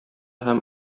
һәм